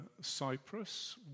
Cyprus